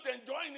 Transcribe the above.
enjoying